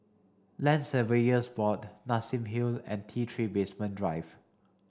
Land Surveyors Board Nassim Hill and T three Basement Drive